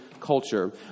culture